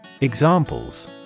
Examples